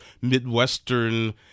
Midwestern